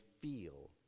feel